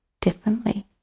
differently